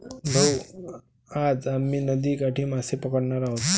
भाऊ, आज आम्ही नदीकाठी मासे पकडणार आहोत